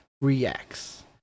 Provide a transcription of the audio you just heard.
Reacts